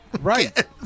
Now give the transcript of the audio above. Right